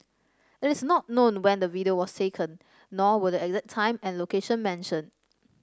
it is not known when the video was taken nor were the exact time and location mentioned